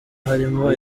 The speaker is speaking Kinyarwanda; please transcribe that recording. harimo